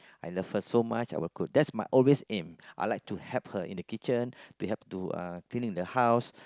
I love her so much I will cook that's my always aim I like to help her in the kitchen to help to clean in the house